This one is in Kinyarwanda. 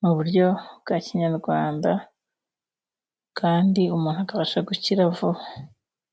mu buryo bwa kinyarwanda kandi umuntu akabasha gukira vuba.